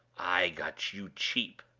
i got you cheap